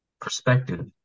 perspective